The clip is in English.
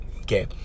okay